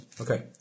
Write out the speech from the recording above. Okay